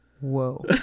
whoa